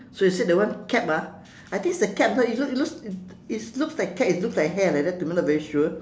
so you said that one cap ah I think it's a cap no it looks it looks it looks like cap it looks like hair like that to me not very sure